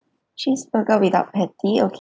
cheeseburger without patty okay